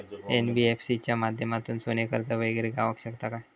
NBFC च्या माध्यमातून सोने कर्ज वगैरे गावात शकता काय?